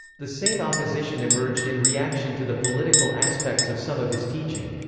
the same opposition emerged in reaction to the political aspects of some of his teaching.